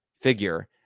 figure